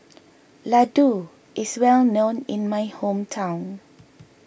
Ladoo is well known in my hometown